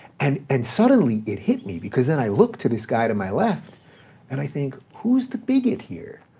and and suddenly it hit me because then i look to this guy to my left and i think, who's the bigot here?